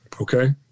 Okay